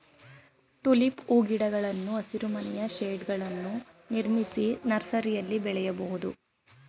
tulip ಹೂಗಿಡಗಳು ಹಸಿರುಮನೆಯ ಶೇಡ್ಗಳನ್ನು ನಿರ್ಮಿಸಿ ನರ್ಸರಿಯಲ್ಲಿ ಬೆಳೆಯಬೋದು